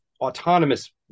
autonomous